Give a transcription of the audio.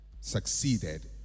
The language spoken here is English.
succeeded